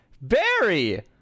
Barry